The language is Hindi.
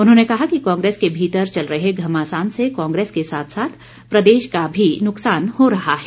उन्होंने कहा कि कांग्रेस के भीतर चल रहे घमासान से कांग्रेस के साथ साथ प्रदेश का भी नुकसान हो रहा है